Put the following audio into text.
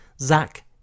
Zach